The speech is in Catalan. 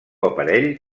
aparell